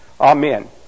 Amen